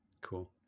Cool